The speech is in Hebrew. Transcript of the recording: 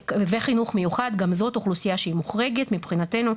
גם זאת אוכלוסייה שהיא מוחרגת מבחינתנו.